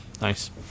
Nice